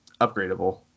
upgradable